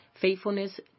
faithfulness